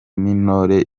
n’intore